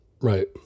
Right